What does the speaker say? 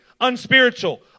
unspiritual